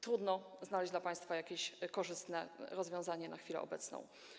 Trudno znaleźć dla państwa jakieś korzystne rozwiązanie na chwilę obecną.